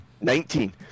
Nineteen